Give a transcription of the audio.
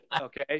okay